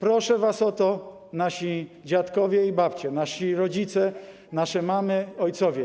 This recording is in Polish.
Proszę was o to, nasi dziadkowie i babcie, nasi rodzice, nasze mamy, ojcowie.